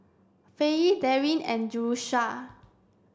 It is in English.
Faye Darin and Jerusha